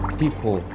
people